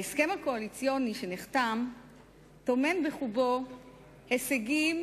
ההסכם הקואליציוני שנחתם טומן בחובו הישגים